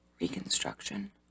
reconstruction